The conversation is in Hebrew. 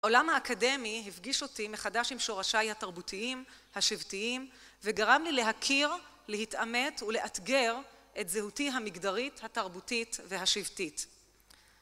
העולם האקדמי הפגיש אותי מחדש עם שורשיי התרבותיים, השבטיים, וגרם לי להכיר, להתעמת ולאתגר את זהותי המגדרית, התרבותית והשבטית